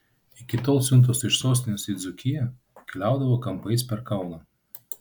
iki tol siuntos iš sostinės į dzūkiją keliaudavo kampais per kauną